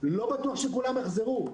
לא בטוח שכולם יחזרו.